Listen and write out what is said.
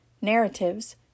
narratives